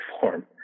form